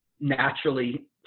naturally